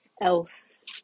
else